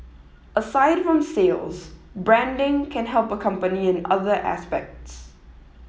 aside from sales branding can help a company in other aspects